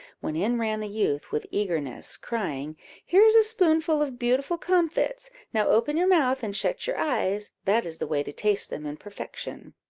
when in ran the youth with eagerness, crying here is a spoonful of beautiful comfits now open your mouth and shut your eyes that is the way to taste them in perfection.